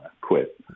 quit